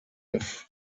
life